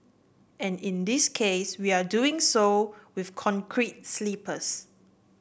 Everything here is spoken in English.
and in this case we are doing so with concrete sleepers